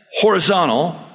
horizontal